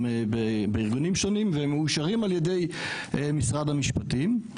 בארגונים שונים ומאושרים על ידי משרד המשפטים,